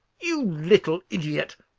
you little idiot!